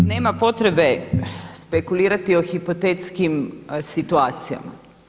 Nema potrebe spekulirati o hipotetskim situacijama.